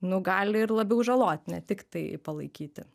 nu gali ir labiau žalot ne tiktai palaikyti